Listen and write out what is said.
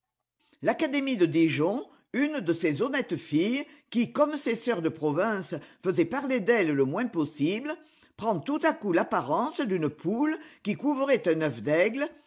l'académie de dijon une de ces honnêtes filles qui comme ses sœurs de province faisait parler d'elle le moins possible prend tout à coup l'apparence d'une poule qui couverait un œuf d'aigle